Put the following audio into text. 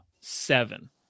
seven